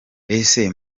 ese